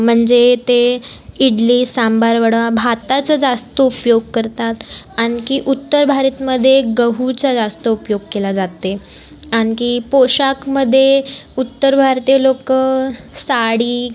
म्हणजे ते इडली सांबार वडा भाताचा जास्त उपयोग करतात आणखी उत्तर भारतमध्ये गहूचा जास्त उपयोग केला जाते आणखी पोशाखमध्ये उत्तर भारतीय लोक साडी